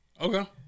Okay